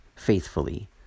faithfully